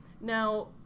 Now